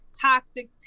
toxic